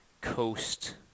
coast